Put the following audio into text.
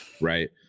Right